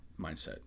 mindset